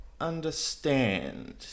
understand